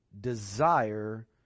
desire